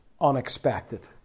unexpected